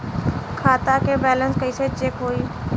खता के बैलेंस कइसे चेक होई?